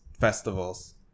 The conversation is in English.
festivals